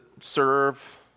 serve